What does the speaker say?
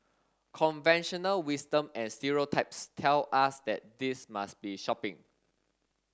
conventional wisdom and stereotypes tell us that this must be shopping